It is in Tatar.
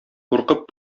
куркып